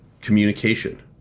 communication